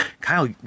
Kyle